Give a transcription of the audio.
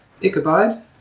Ichabod